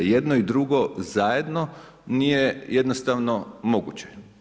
I jedno i drugo zajedno nije jednostavno moguće.